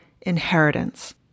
Inheritance